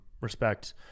respect